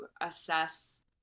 assess